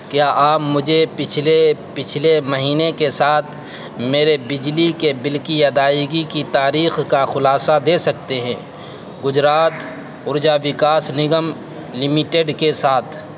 کیا آپ مجھے پچھلے پچھلے مہینے کے ساتھ میرے بجلی کے بل کی ادائیگی کی تاریخ کا خلاصہ دے سکتے ہیں گجرات اورجا وکاس نگم لمیٹڈ کے ساتھ